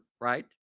right